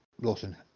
Lawson